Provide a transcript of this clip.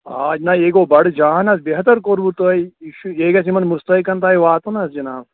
آ جناب یہِ گوٚو بڈٕ جان حظ بہتر کوٚروٕ تۄہہِ یہِ چھُ یہِ گژھِ یِمن مُستحقن تام واتُن حظ جناب